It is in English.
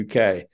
UK